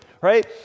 right